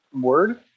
word